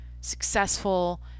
successful